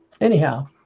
Anyhow